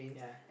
yeah